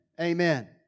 amen